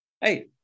Hey